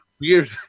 weird